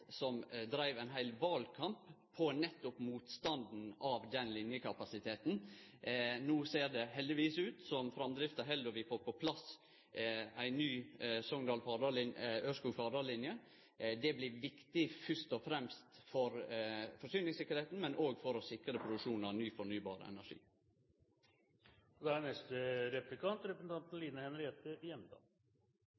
som dreiv ein heil valkamp nettopp på motstanden mot den linjekapasiteten. No ser det heldigvis ut til at framdrifta held, og at vi får på plass ei ny Ørskog–Fardal-linje. Det blir viktig, fyrst og fremst for forsyningstryggleiken, men òg for å sikre produksjon av ny fornybar energi.